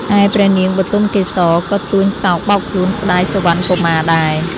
ឯព្រះនាងបុទមកេសរ ក៏ទួញសោកបោកខ្លួនស្តាយសុវណ្ណកុមារដែរ។